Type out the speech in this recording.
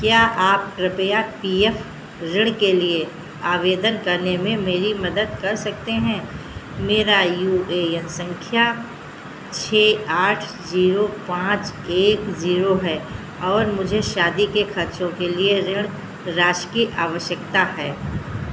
क्या आप कृपया पी एफ ऋण के लिए आवेदन करने में मेरी मदद कर सकते हैं मेरा यू ए यन संख्या छः आठ जीरो पाँच एक जीरो है और मुझे शादी के खर्चों के लिए ऋण राशि की आवश्यकता है